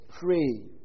Pray